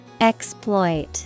Exploit